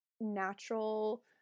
natural